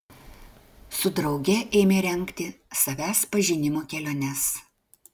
su drauge ėmė rengti savęs pažinimo keliones